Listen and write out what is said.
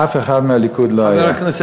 אף אחד מהליכוד לא היה.